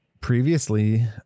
Previously